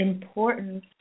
Important